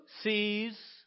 sees